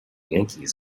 yankees